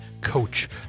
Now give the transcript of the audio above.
coach